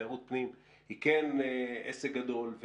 תיירות פנים היא כן עסק גדול.